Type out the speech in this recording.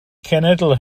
cenedl